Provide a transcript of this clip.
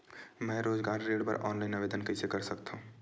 मैं रोजगार ऋण बर ऑनलाइन आवेदन कइसे कर सकथव?